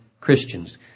Christians